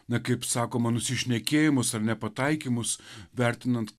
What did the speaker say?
na kaip sakoma nusišnekėjimus ar nepataikymus vertinant